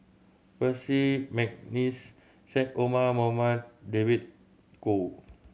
Percy McNeice Syed Omar Mohamed David Kwo